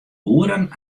boeren